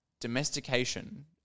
domestication